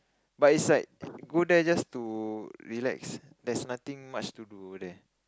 but is like go there just to relax there's nothing much to do there